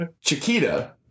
Chiquita